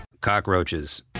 cockroaches